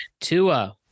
Tua